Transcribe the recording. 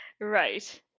Right